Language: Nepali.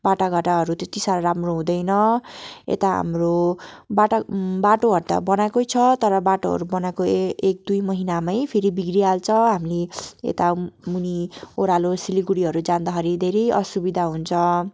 बाटोघाटोहरू त्यति साह्रो राम्रो हुँदैन यता हाम्रो बाटो बाटोहरू त बनाएकै छ तर बाटोहरू बनाएको एक दुई महिनामै फेरी बिग्रिहाल्छ हामीले यता मुनि ओह्रालो सिलगढीहरू जाँदाखेरि धेरै असुविधा हुन्छ